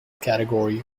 category